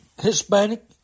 Hispanic